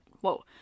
Whoa